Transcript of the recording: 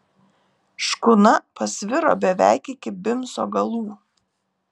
škuna pasviro beveik iki bimso galų